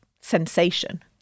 sensation